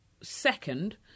second